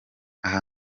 aha